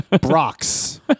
Brock's